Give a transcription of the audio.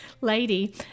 Lady